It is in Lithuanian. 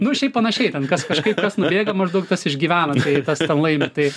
nu šiaip panašiai kas kažkaip kas nubėga tas maždaug tas išgyvena tai tas laimi tai